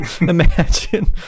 imagine